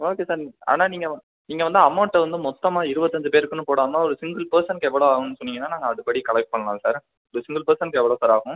okay sir நீங்கள் ஆனால் நீங்கள் நீங்கள் வந்து அமௌண்ட்டை வந்து மொத்தமாக இருபத்தஞ்சு பேருக்குன்னு போடாமல் ஒரு சிங்கிள் பர்சனுக்கு எவ்வளோ ஆகுன்னு சொன்னிங்கன்னா நாங்கள் அதுபடி கலெக்ட் பண்ணலான் சார் இப்போ சிங்கிள் பர்சனுக்கு எவ்வளோ சார் ஆகும்